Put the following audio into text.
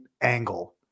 angle